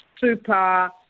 super